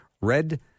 Red